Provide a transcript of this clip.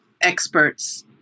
experts